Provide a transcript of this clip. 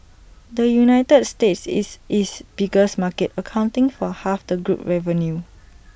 the united states is its biggest market accounting for half the group revenue